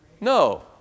No